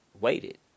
waited